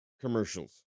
commercials